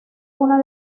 una